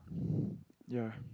yeah